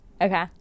okay